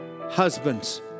Husbands